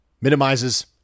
Minimizes